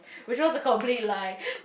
which was a complete lie